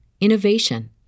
innovation